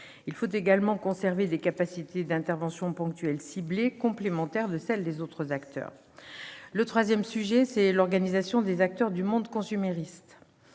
Il faut également conserver des capacités d'intervention ponctuelle ciblée, complémentaires de celles des autres acteurs. Le troisième sujet sur lequel nous entendons insister est l'organisation des acteurs du monde consumériste.